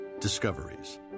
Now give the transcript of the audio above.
Discoveries